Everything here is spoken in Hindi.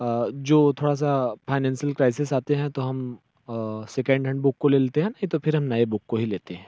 जो थोड़ा सा फाइनेंशियल क्राइसिस आते हैं तो हम सेकंड हैंड बुक को ले लेते हैं नही तो फिर हम नए बुक को ही लेते हैं